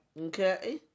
Okay